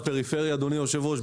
אדוני היושב ראש,